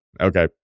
okay